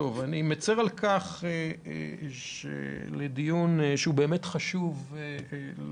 אני מצר על כך שלדיון שהוא באמת חשוב לא